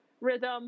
Rhythm